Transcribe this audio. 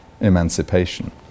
emancipation